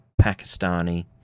Pakistani